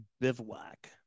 bivouac